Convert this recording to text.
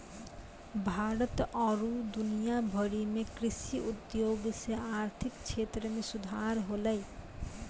भारत आरु दुनिया भरि मे कृषि उद्योग से आर्थिक क्षेत्र मे सुधार होलै